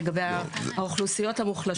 לגבי האוכלוסיות המוחלשות.